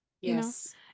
yes